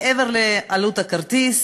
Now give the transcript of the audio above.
מעבר לעלות הכרטיס,